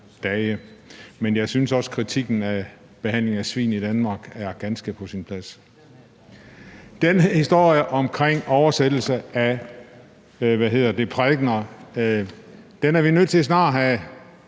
Men jeg synes også, at kritikken af behandlingen af svin i Danmark er ganske på sin plads. Den historie omkring oversættelse af prædikener er vi nødt til snart at have